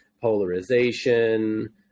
polarization